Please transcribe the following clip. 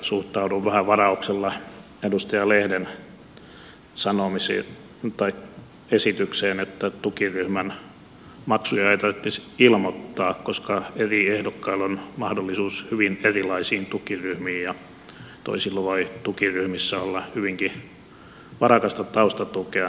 suhtaudun vähän varauksella edustaja lehden esitykseen että tukiryhmän maksuja ei tarvitsisi ilmoittaa koska eri ehdokkailla on mahdollisuus hyvin erilaisiin tukiryhmiin ja toisilla voi tukiryhmissä olla hyvinkin varakasta taustatukea